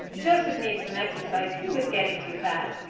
joseph needs some exercise he was getting too fat.